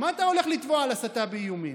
מה אתה הולך לתבוע על הסתה באיומים?